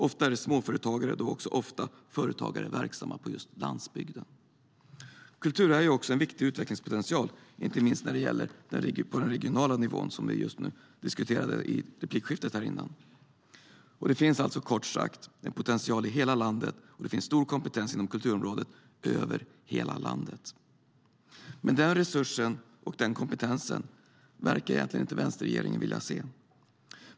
Ofta är det småföretagare och då också företagare verksamma på just landsbygden. Kultur har också en viktig utvecklingspotential, inte minst när det gäller den regionala tillväxten, vilket diskuterades i replikskiftet nyss. Det finns kort sagt en potential i hela landet, och det finns stor kompetens inom kulturområdet över hela landet. Den resursen och den kompetensen verkar dock inte vänsterregeringen vilja se.